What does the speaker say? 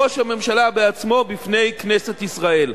ראש הממשלה בעצמו בפני כנסת ישראל.